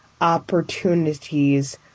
opportunities